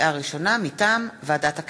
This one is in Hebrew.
מטעם ועדת הכנסת.